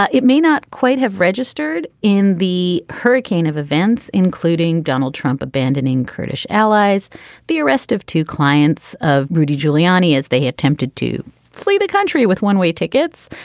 ah it may not quite have registered in the hurricane of events including donald trump abandoning kurdish allies the arrest of two clients of rudy giuliani as they attempted to flee the country with one way tickets.